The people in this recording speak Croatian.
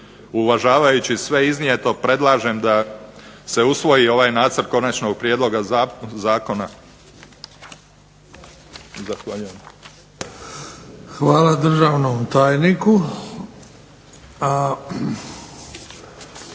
Uvažavajući sve iznijeto predlažem da se usvoji ovaj Nacrt konačnog prijedloga zakona. **Bebić, Luka